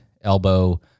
elbow